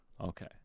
okay